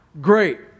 great